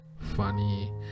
funny